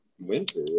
winter